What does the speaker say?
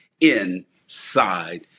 inside